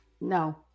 No